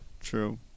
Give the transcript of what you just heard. True